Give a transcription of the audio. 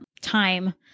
time